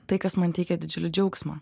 tai kas man teikia didžiulį džiaugsmą